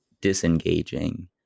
disengaging